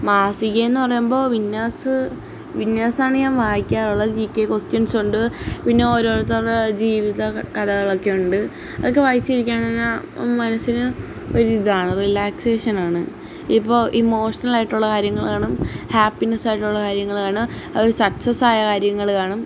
മാസികയെന്നു പറയുമ്പോള് വിന്നേഴ്സ് വിന്നേഴ്സാണ് ഞാന് വായിക്കാറുള്ളത് ജി കെ കൊസ്റ്റിൻസ് ഉണ്ട് പിന്നെ ഓരോരുത്തരുടെ ജീവിത കഥകളൊക്കെയുണ്ട് അതൊക്കെ വായിച്ചിരിക്കാനാണ് മനസ്സിന് ഒരിതാണ് റിലാക്സേഷൻ ആണ് ഇപ്പോള് ഇമോഷണലായിട്ടുള്ള കാര്യങ്ങള് കാണും ഹാപ്പിനെസ്സ് ആയിട്ടുള്ള കാര്യങ്ങള് കാണും അവര് സക്സസ് ആയ കാര്യങ്ങള് കാണും